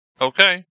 Okay